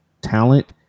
talent